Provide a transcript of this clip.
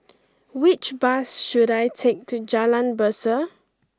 which bus should I take to Jalan Berseh